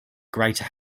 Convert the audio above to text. greater